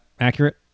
accurate